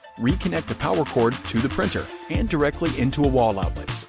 reconnect the power cord to the printer and directly into a wall outlet,